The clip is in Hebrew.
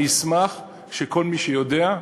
אני אשמח שכל מי שיודע,